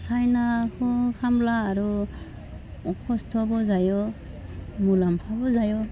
साइनाखौ खालामब्ला आरो खस्थ'बो जायो मुलाम्फाबो जायो